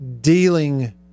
dealing